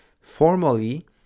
formally